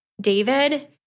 David